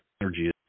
energy